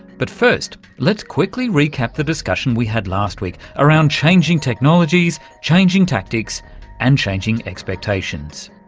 but first let's quickly recap the discussion we had last week around changing technologies, changing tactics and changing expectations.